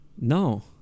no